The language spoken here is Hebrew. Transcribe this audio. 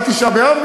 עד תשעה באב,